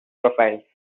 profiles